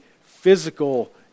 physical